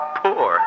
poor